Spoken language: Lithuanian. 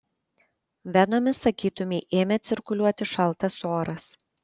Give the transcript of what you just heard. venomis sakytumei ėmė cirkuliuoti šaltas oras